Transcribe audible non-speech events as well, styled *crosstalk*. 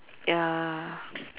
ya *noise*